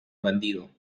bandido